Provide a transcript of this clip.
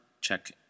check